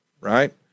right